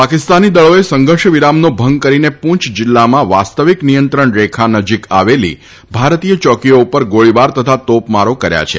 પાકિસ્તાની દળોએ સંઘર્ષ વિરામનો ભંગ કરીને પૂંછ જીલ્લામાં વાસ્તવિક નિયંત્રણ રેખા નજીક આવેલી ભારતીય ચોકીઓ ઉપર ગોળીબાર તથા તોપમારો કર્યા છે